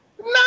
No